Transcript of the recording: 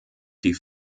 die